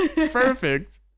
Perfect